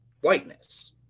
whiteness